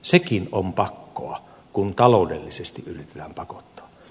sekin on pakkoa kun taloudellisesti yritetään pakottaa